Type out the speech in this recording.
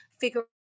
figure